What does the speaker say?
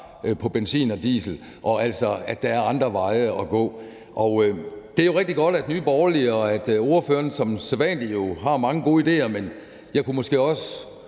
på benzin og diesel. Og der er andre veje at gå. Det er jo rigtig godt, at Nye Borgerlige og ordføreren som sædvanlig har mange gode idéer, men jeg kunne måske også